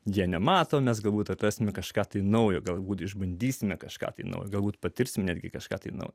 jie nemato mes galbūt atrasime kažką naujo galbūt išbandysime kažką naujo galbūt patirsime netgi kažką naujo